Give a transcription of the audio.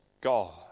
God